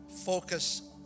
focus